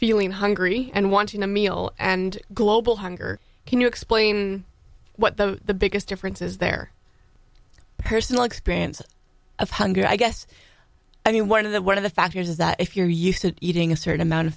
feeling hungry and wanting a meal and global hunger can you explain what the the biggest difference is there personal experience of hunger i guess i mean one of the one of the factors is that if you're used to eating a certain amount of